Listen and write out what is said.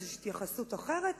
יש התייחסות אחרת,